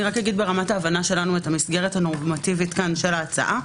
אומר ברמת ההבנה שלנו את המסגרת הנורמטיבית של ההצעה.